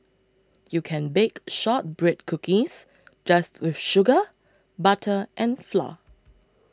you can bake Shortbread Cookies just with sugar butter and flour